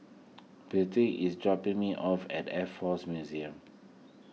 Bity is dropping me off at Air force Museum